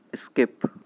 skip